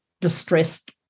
distressed